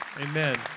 Amen